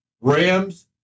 Rams